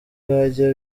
byajya